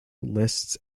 lists